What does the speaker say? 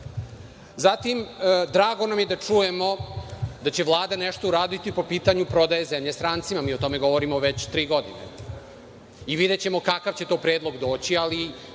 desiti. Zatim, drago nam je da čujemo da će Vlada nešto uraditi po pitanju prodaje zemlje strancima. Mi o tome govorimo već tri godine. Videćemo kakav će to predlog doći, ali